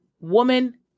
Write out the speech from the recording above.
woman